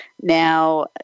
Now